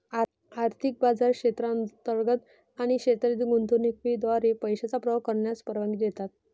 आर्थिक बाजार क्षेत्रांतर्गत आणि क्षेत्रातील गुंतवणुकीद्वारे पैशांचा प्रवाह करण्यास परवानगी देतात